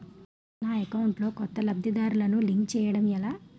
నా అకౌంట్ లో కొత్త లబ్ధిదారులను లింక్ చేయటం ఎలా?